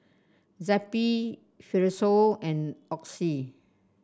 Zappy Fibrosol and Oxy